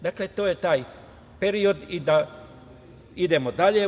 Dakle, to je taj period i da idemo dalje.